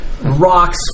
rocks